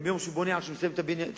ומיום שהוא בונה עד שהוא מסיים את הבניין,